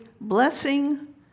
blessing